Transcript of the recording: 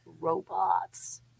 Robots